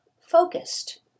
focused